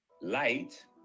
light